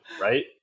right